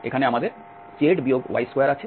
এখানে আমাদের z y2 আছে